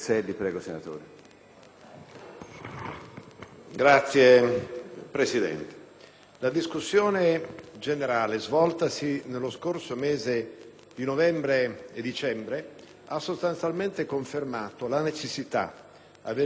Signor Presidente, la discussione generale svoltasi nel mese di novembre ha sostanzialmente confermato la necessità avvertita dal Governo e dalla maggioranza